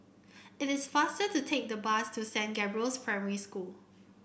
it is faster to take the bus to Saint Gabriel's Primary School